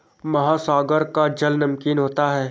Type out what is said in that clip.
महासागर का जल नमकीन होता है